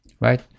right